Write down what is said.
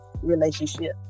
relationship